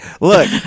look